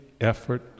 effort